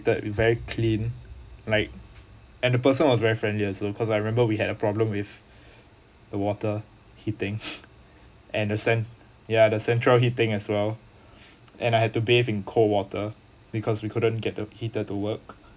very clean like and the person was very friendly also cause I remember we had a problem with the water heating and the cen~ ya the central heating as well and I had to bathe in cold water because we couldn't get the heater to work